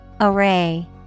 Array